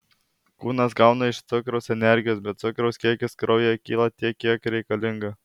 kūnas gauna iš cukraus energijos bet cukraus kiekis kraujyje kyla tiek kiek reikalinga